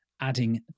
adding